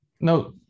No